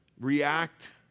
react